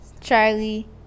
Charlie